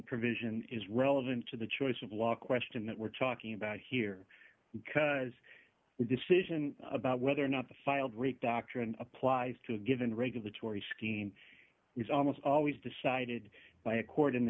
provision is relevant to the choice of law question that we're talking about here because the decision about whether or not the filed rate doctrine applies to given regulatory scheme is almost always decided by a court in